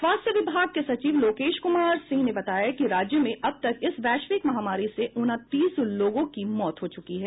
स्वास्थ्य विभाग के सचिव लोकेश कुमार सिंह ने बताया कि राज्य में अब तक इस वैश्विक महामारी से उनतीस लोगों की मौत हो चुकी है